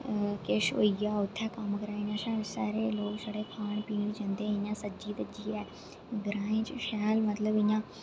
किश होई गेआ उत्थै कम्म कराई लैंगन शैल शैहरे दे लोक छड़े खानी पीनी चंगी ते इ'यां सज्जी धज्जी ऐ ग्रां च शैल मतलब इ'यां